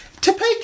Topeka